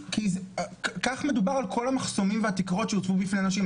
כי כך מדובר על כל המחסומים והתקרות שהוצבו בפני נשים,